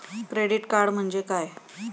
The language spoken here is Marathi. क्रेडिट कार्ड म्हणजे काय?